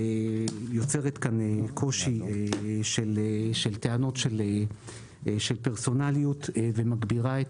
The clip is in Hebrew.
מייצרת כאן קושי של טענות של פרסונליות ומגבירה את